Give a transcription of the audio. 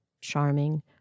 charming